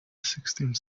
sixteenth